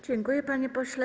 Dziękuję, panie pośle.